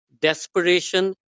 desperation